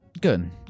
Good